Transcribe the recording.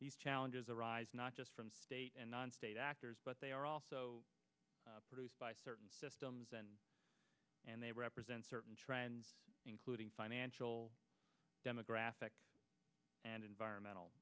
these challenges arise not just from state and non state actors but they are also produced by certain systems and and they represent certain trends including financial demographic and environmental